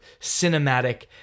cinematic